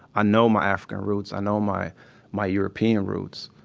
ah know my african roots. i know my my european roots.